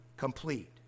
complete